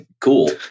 cool